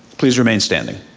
please remain standing.